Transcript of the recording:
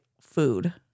food